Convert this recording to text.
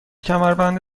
کمربند